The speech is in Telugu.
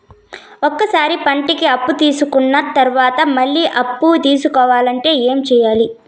ఒక సారి పంటకి అప్పు తీసుకున్న తర్వాత మళ్ళీ అప్పు తీసుకోవాలంటే ఏమి చేయాలి?